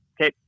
Okay